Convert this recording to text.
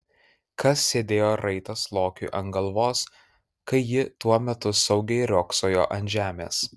kas sėdėjo raitas lokiui ant galvos kai ji tuo metu saugiai riogsojo ant žemės